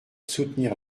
soutenir